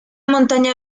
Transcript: montaña